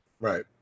right